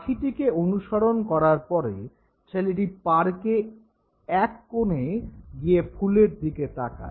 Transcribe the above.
পাখিটিকে অনুসরণ করার পরে ছেলেটি পার্কে এক কোণে গিয়ে ফুলের দিকে তাকায়